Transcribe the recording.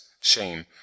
shame